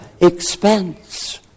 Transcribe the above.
expense